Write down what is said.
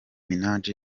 minaj